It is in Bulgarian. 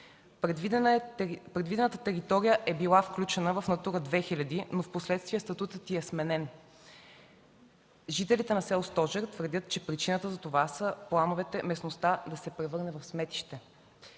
Предвидената територия е била включена в „Натура 2000”, но впоследствие статутът й е сменен. Жителите на село Стожер твърдят, че причината за това са плановете местността да се превърне в сметище.